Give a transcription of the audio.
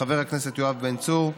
חבר הכנסת יואב בן צור,